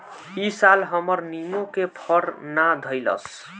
इ साल हमर निमो के फर ना धइलस